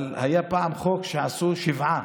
אבל היה פעם חוק שעשו שבעה.